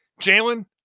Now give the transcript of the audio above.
Jalen